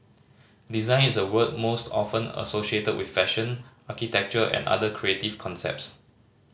design is a word most often associated with fashion architecture and other creative concepts